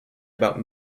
about